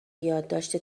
یادداشت